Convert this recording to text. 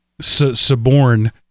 suborn